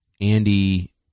Andy